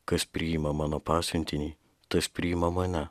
kas priima mano pasiuntinį tas priima mane